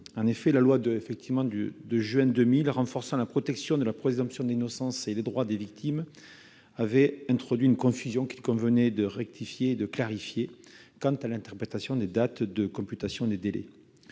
En effet, la loi du 15 juin 2000 renforçant la protection de la présomption d'innocence et les droits des victimes avait introduit une confusion qu'il convenait de clarifier quant à l'interprétation des dates de computation des délais.